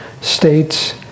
states